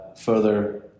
further